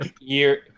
year